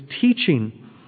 teaching